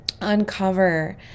uncover